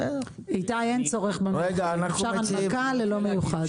איתי, אין צורך ב"מיוחדים", אפשר הנמקה ללא מיוחד.